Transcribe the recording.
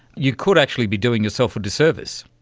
you could actually be doing yourself a disservice.